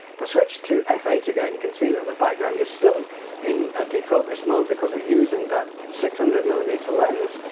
but switched to f eight again you can see though the background is still in a defocused mode, because we're using that six hundred millimeter lens,